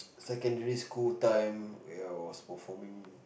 secondary school time when I was performing